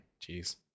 Jeez